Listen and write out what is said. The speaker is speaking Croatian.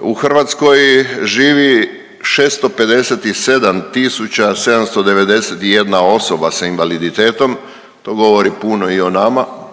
u Hrvatskoj živi 657 tisuća 791 osoba sa invaliditetom, to govori puno i o nama